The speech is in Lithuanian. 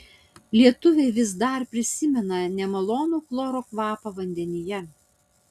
lietuviai vis dar prisimena nemalonų chloro kvapą vandenyje